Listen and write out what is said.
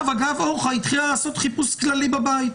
אגב אורחה התחילה לעשות חיפוש כללי בבית,